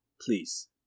please